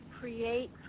Create